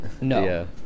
No